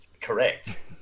Correct